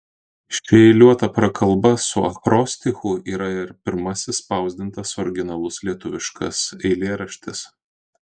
ši eiliuota prakalba su akrostichu yra ir pirmasis spausdintas originalus lietuviškas eilėraštis